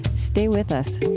stay with us